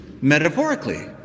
metaphorically